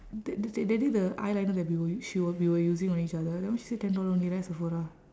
that that that day the eyeliner that we were u~ she w~ we were using on each other that one she say ten dollar only right sephora